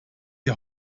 die